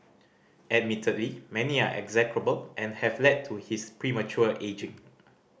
admittedly many are execrable and have led to his premature ageing